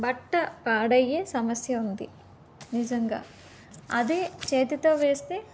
బట్ట పాడయ్యే సమస్య ఉంది నిజంగా అది చేతితో వేస్తే